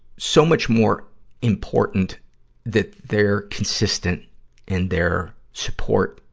so much more important that they're consistent in their support,